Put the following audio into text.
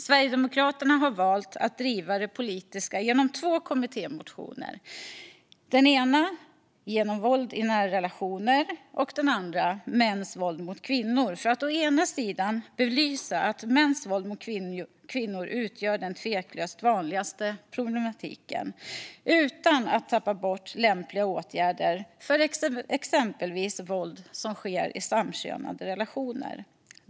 Sverigedemokraterna har valt att driva det politiska genom två kommittémotioner, Våld i nära relationer och Mäns våld mot kvinnor , för att belysa att mäns våld mot kvinnor utgör den tveklöst vanligaste problematiken, utan att tappa bort lämpliga åtgärder för exempelvis våld som sker i samkönade relationer.